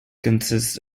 consists